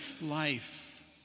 life